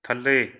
ਥੱਲੇ